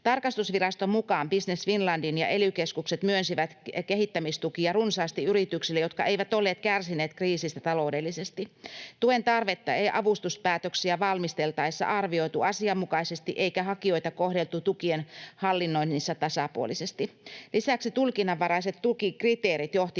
Tarkastusviraston mukaan Business Finland ja ely-keskukset myönsivät kehittämistukia runsaasti yrityksille, jotka eivät olleet kärsineet kriisistä taloudellisesti. Tuen tarvetta ei avustuspäätöksiä valmisteltaessa arvioitu asianmukaisesti eikä hakijoita kohdeltu tukien hallinnoinnissa tasapuolisesti. Lisäksi tulkinnanvaraiset tukikriteerit johtivat